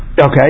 Okay